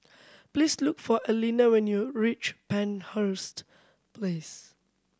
please look for Elena when you reach Penhurst Place